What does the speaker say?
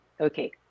Okay